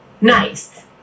nice